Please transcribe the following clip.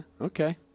okay